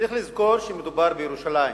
צריך לזכור שמדובר בירושלים.